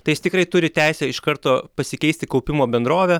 tai jis tikrai turi teisę iš karto pasikeisti kaupimo bendrovę